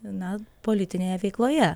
na politinėje veikloje